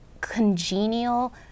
congenial